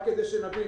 רק כדי שנבין.